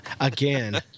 again